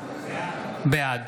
בעד